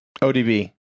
ODB